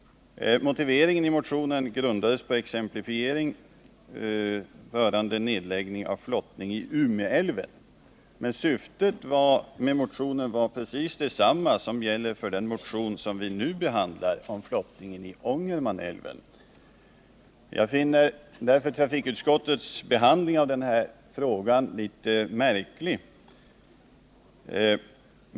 Motiveringen i motionen grundades på exemplifiering från nedläggning av flottningen i Umeälven, men syftet med motionen var precis detsamma som gäller för den motion som vi nu behandlar och som avser flottning i Ångermanälven. Jag finner därför trafikutskottets behandling av den här frågan litet märklig.